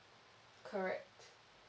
correct